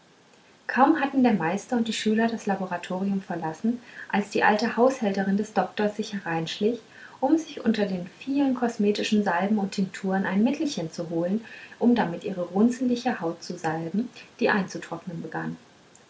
kaum hatten der meister und die schüler das laboratorium verlassen als die alte haushälterin des doktors sich hereinschlich um sich unter den vielen kosmetischen salben und tinkturen ein mittelchen zu holen um damit ihre runzliche haut zu salben die einzutrocknen begann